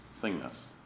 thingness